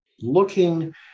looking